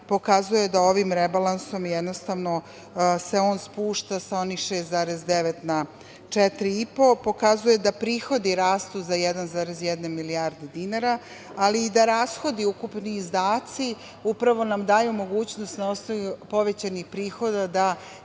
pokazuje da ovim rebalansom jednostavno se on spušta sa onih 6,9 na 4,5, pokazuje da prihodi rastu za 1,1 milijarde dinara, ali i da rashodi, ukupni izdaci upravo nam daju mogućnost na osnovu povećanih prihoda da